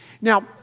Now